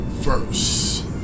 first